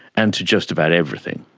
and to just about everything.